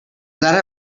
that